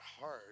hard